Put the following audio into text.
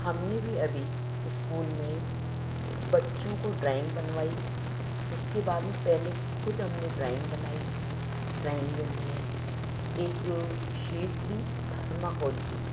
हमने भी अभी इस्कूल में बच्चों को ड्राइंग बनवाई उसके बाद में पहले खुद हमने ड्राइंग बनाई ड्राइंग में हमने एक शीट ली थर्माकोल की